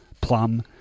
Plum